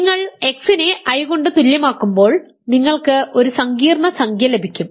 നിങ്ങൾ x നെ i കൊണ്ട് തുല്യമാക്കുമ്പോൾ നിങ്ങൾക്ക് ഒരു സങ്കീർണ്ണ സംഖ്യ ലഭിക്കും